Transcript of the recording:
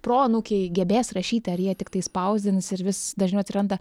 proanūkiai gebės rašyti ar jie tiktai spausdins ir vis dažniau atsiranda